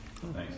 Thanks